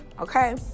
Okay